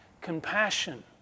compassion